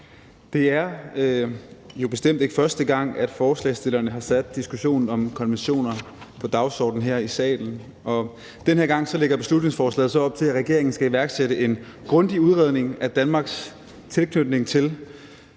Det er jo bestemt ikke første gang, at forslagsstillerne har sat diskussionen om konventioner på dagsordenen her i salen, og den her gang lægger beslutningsforslaget så op til, at regeringen skal iværksætte en grundig udredning af Danmarks tilknytning til